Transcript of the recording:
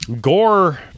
gore